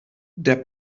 der